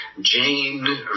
Jane